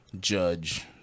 judge